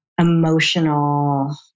emotional